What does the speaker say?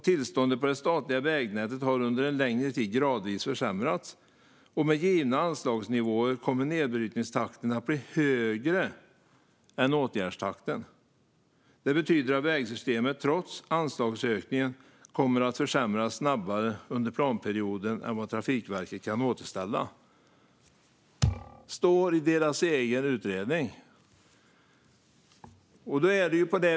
Tillståndet på det statliga vägnätet har under en längre tid gradvis försämrats, och med givna anslagsnivåer kommer nedbrytningstakten att bli högre än åtgärdstakten. Det betyder att vägsystemet, trots anslagsökningen, kommer att försämras snabbare under planperioden än vad Trafikverket kan återställa." Detta står i deras egen utredning.